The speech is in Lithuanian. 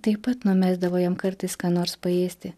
taip pat numesdavo jam kartais ką nors paėsti